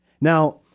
Now